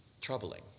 troubling